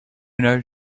know